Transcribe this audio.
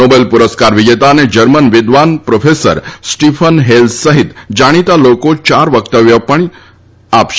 Nobel પુરસ્કાર વિજેતા અને જર્મન વિદ્વાન પ્રોફેસર સ્ટીફન હેલ સહિત જાણીતા લોકોના ચાર વક્તવ્યો પણ યોજાશે